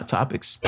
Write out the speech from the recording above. Topics